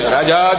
Raja